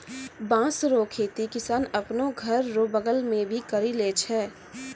बाँस रो खेती किसान आपनो घर रो बगल मे भी करि लै छै